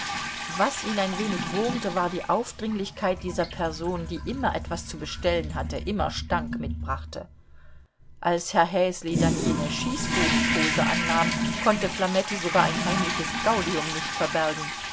was ihn ein wenig wurmte war die aufdringlichkeit dieser person die immer etwas zu bestellen hatte immer stank mitbrachte als herr häsli dann jene schießbudenpose an nahm konnte flametti sogar ein heimliches gaudium nicht verbergen